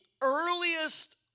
earliest